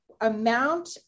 amount